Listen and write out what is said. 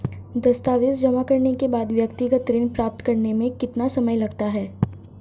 दस्तावेज़ जमा करने के बाद व्यक्तिगत ऋण प्राप्त करने में कितना समय लगेगा?